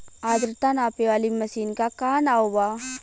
आद्रता नापे वाली मशीन क का नाव बा?